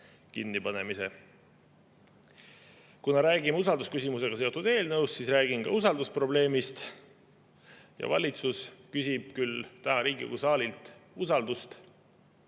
Kui me räägime usaldusküsimusega seotud eelnõust, siis räägin ka usaldusprobleemist. Valitsus küll küsib täna Riigikogu saalilt usaldust,